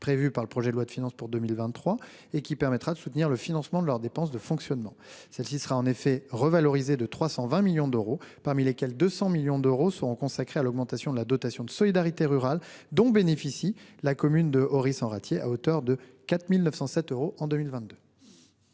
prévue par le projet de loi de finances pour 2023, qui permettra de soutenir le financement de leurs dépenses de fonctionnement. Cette dotation sera en effet revalorisée de 320 millions d'euros, parmi lesquels 200 millions d'euros seront consacrés à l'augmentation de la dotation de solidarité rurale- dont bénéficie en 2022 la commune d'Oris-en-Rattier, à hauteur de 4 907 euros.